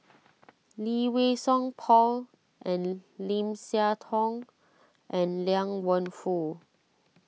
Lee Wei Song Paul and Lim Siah Tong and Liang Wenfu